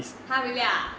!huh! really ah